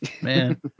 man